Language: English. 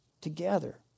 together